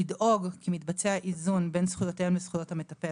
לדאוג כי מתבצע איזון בן זכויותיהם לזכויות המטפל